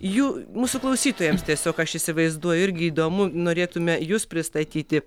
jų mūsų klausytojams tiesiog aš įsivaizduoju irgi įdomu norėtume jus pristatyti